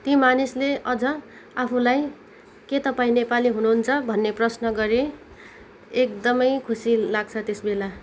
ती मानिसले अझ आफूलाई के तपाईँ नेपाली हुनुहुन्छ भन्ने प्रश्न गरे एकदमै खुसी लाग्छ त्यस बेला